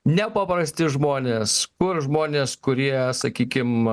nepaprasti žmonės kur žmonės kurie sakykim